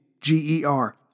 G-E-R